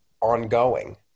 ongoing